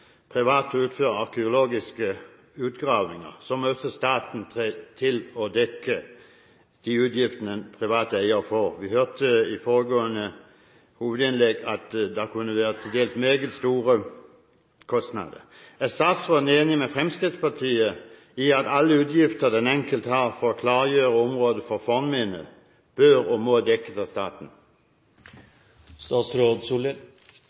privat eier å utføre arkeologiske utgravninger, må også staten trå til og dekke de utgiftene en privat eier får. Vi hørte i foregående hovedspørsmål at det kunne være til dels meget store kostnader. Er statsråden enig med Fremskrittspartiet i at alle utgifter den enkelte har for å klargjøre områder for fornminner, bør og må dekkes av staten?